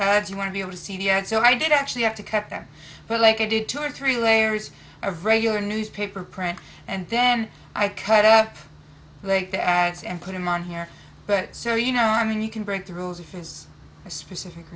s you want to be able to see the ad so i didn't actually have to cut them but like i did two or three layers of regular newspaper print and then i cut up like the ads and put them on here but so you know i mean you can break the rules if it's a specific